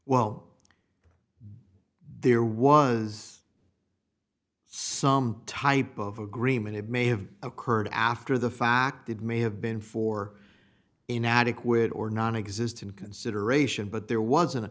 well there was some type of agreement it may have occurred after the fact it may have been for inadequate or nonexistent consideration but there was